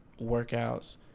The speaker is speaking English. workouts